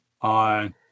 on